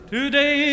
Today